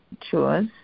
chores